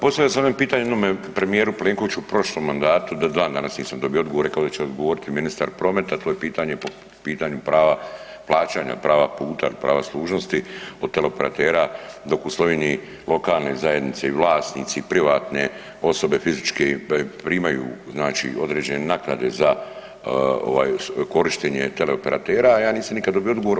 Da, postavio sam jedno pitanje jednome premijeru Plenkoviću u prošlom mandatu, do dan danas nisam dobio odgovore, kao i da će odgovoriti ministar prometa, to je pitanje po pitanju prava plaćanja prava puta ili prava služnosti o teleoperatera dok u Sloveniji lokalne zajednice i vlasnici i privatne osobe i fizičke primaju znači određene naknade za ovaj korištenje teleoperatera, ja nisam nikad dobio odgovor.